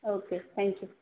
okay thank you